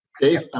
Dave